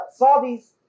Saudis